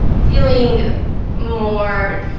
feeling more